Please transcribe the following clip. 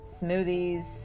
smoothies